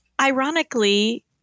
Ironically